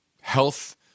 health